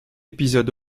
épisode